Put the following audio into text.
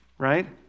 Right